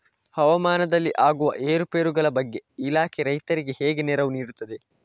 ಹವಾಮಾನದಲ್ಲಿ ಆಗುವ ಏರುಪೇರುಗಳ ಬಗ್ಗೆ ಇಲಾಖೆ ರೈತರಿಗೆ ಹೇಗೆ ನೆರವು ನೀಡ್ತದೆ?